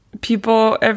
people